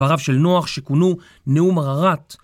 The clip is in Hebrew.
דבריו של נוח שכונו נאום אררט.